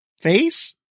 face